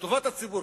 לטובת הציבור,